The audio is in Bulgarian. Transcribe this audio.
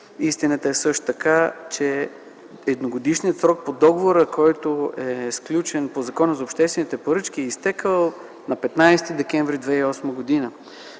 Истината също така е, че едногодишният срок по договора, сключен по Закона за обществените поръчки, е изтекъл на 15 декември 2008 г.